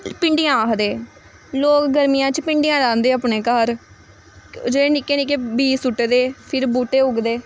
भिंडियां आखदे लोक गर्मियां च भिंडियां रांह्दे अपने घर ओह् जेह्ड़े निक्के निक्के बीऽ सुट्टदे फिर बूह्टे उगदे